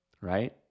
right